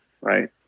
right